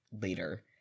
later